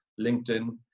LinkedIn